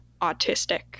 autistic